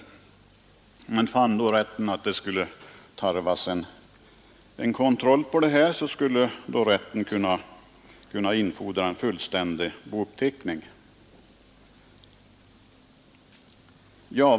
Fann då rätten att det tarvades en kontroll, skulle rätten kunna infordra en fullständig bouppteckning.